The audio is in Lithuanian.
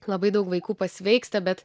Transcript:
labai daug vaikų pasveiksta bet